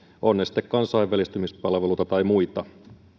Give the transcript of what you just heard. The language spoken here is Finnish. ovat ne sitten kansainvälistymispalveluita tai muita